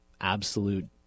absolute